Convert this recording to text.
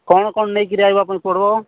କ'ଣ କ'ଣ ନେଇକରି ଆସିବାକୁ ଆପଣଙ୍କୁ ପଡ଼ିବ